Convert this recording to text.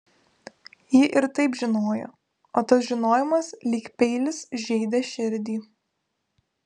ji ir taip žinojo o tas žinojimas lyg peilis žeidė širdį